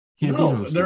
No